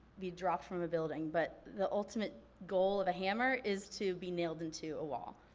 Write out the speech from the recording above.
be dropped from a building, but the ultimate goal of a hammer is to be nailed into a wall.